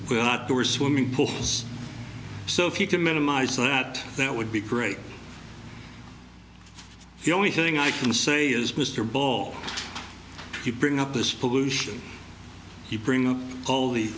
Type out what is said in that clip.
the were swimming pools so he can minimize that that would be great the only thing i can say is mr ball he bring up this pollution you bring up all the